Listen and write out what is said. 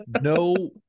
no